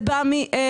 זה בא מאחזקה.